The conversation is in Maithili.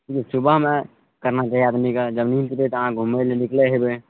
सु सुबहमे करना चाही आदमीके जब नीन्द टूटय तऽ अहाँ घुमय लए निकलय हेबय